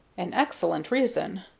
an excellent reason.